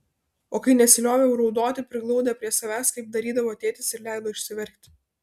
o kai nesilioviau raudoti priglaudė prie savęs kaip darydavo tėtis ir leido išsiverkti